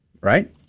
right